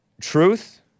truth